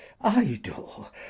idle